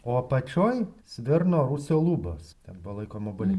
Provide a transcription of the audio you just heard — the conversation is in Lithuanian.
o apačioj svirno rūsio lubos ten buvo laikomi obuoliai